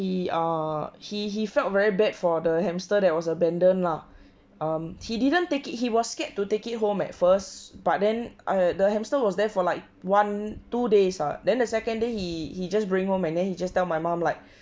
he uh he he felt very bad for the hamster that was abandoned lah um he didn't take it he was scared to take it home at first but then err the hamster was there for like one two days ah then the second day he he just bring home and then he just tell my mum like